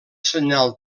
senyal